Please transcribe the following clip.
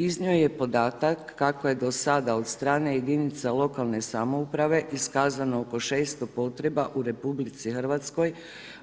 Iznio je podatak kako je do sada od strane jedinice lokalne samouprave iskazano oko 600 potreba u RH,